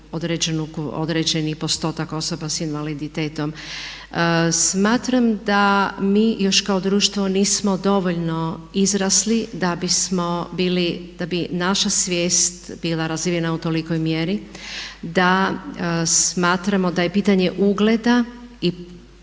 određeni postotak osoba s invaliditetom. Smatram da mi još kao društvo nismo dovoljno izrasli da bismo bili, da bi naša svijest bila razvijena u tolikoj mjeri da smatramo da je pitanje ugleda i poslovne